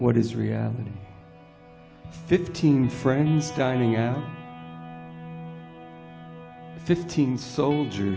what is reality fifteen friends dining at fifteen soldiers